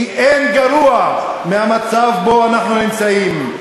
כי אין גרוע מהמצב שבו אנחנו נמצאים,